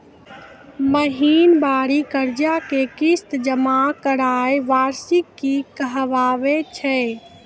महिनबारी कर्जा के किस्त जमा करनाय वार्षिकी कहाबै छै